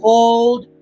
Hold